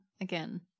again